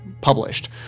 published